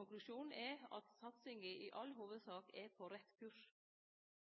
Konklusjonen er at satsinga i hovudsak er på rett kurs.